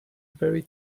very